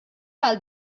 għal